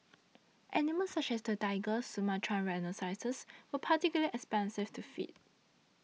animals such as the tiger and Sumatran rhinoceros were particularly expensive to feed